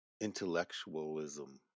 intellectualism